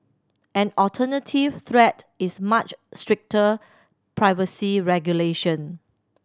an alternative threat is much stricter privacy regulation